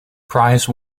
prize